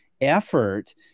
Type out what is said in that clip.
effort